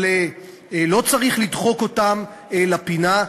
אבל לא צריך לדחוק אותם לפינה,